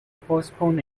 postpone